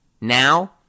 Now